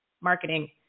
marketing